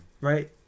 Right